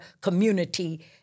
community